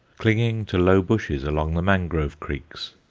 clinging to low bushes along the mangrove creeks.